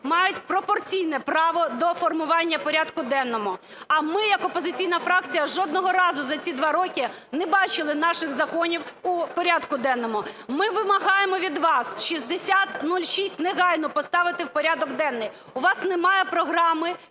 мають пропорційне право до формування порядку денного, а ми як опозиційна фракція жодного разу за ці два роки не бачили наших законів у порядку денному. Ми вимагаємо від вас 6006 негайно поставити в порядок денний. У вас немає програми